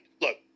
Look